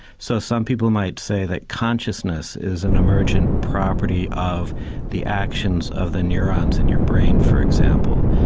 so some people might say that consciousness is an emergent property of the actions of the neurons in your brain, for example.